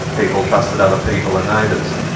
people trusted other people and neighbours.